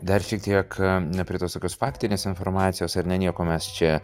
dar šiek tiek na prie tos jokios faktinės informacijos ar ne nieko mes čia